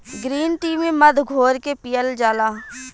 green tea में मध घोर के पियल जाला